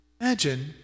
imagine